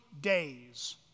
days